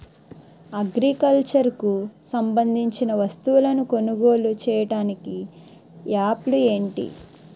Agriculture కు సంబందించిన వస్తువులను కొనుగోలు చేయటానికి యాప్లు ఏంటి?